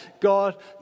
God